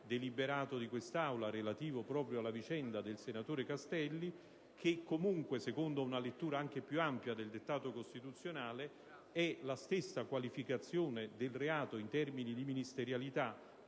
deliberato di quest'Aula relativo alla vicenda del senatore Castelli, che comunque, secondo una lettura anche più ampia del dettato costituzionale, è la stessa qualificazione del reato in termini di ministerialità,